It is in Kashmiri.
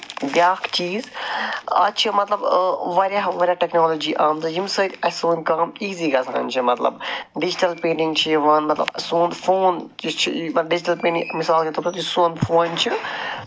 بیٛاکھ چیٖز اَز چھِ مطلب واریاہ واریاہ ٹیکناولجی آمژٕ ییٚمہِ سۭتۍ اَسہِ سون کٲم اِیزی گژھان چھِ مطلب ڈیجِٹل پینٹِنٛگ چھِ یِوان مطلب سون فون تہِ چھُ ڈیجِٹل پینٹِنٛگ مِثال کے طور پَر یُس سون فون چھُ